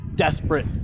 Desperate